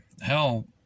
Hell